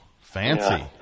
Fancy